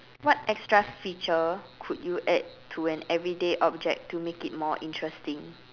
what extra feature could you add to an everyday object to make it more interesting